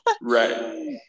right